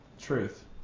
Truth